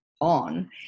on